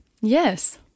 Yes